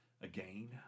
again